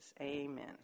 Amen